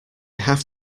have